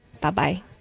Bye-bye